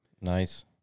Nice